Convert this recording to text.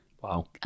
Wow